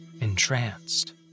entranced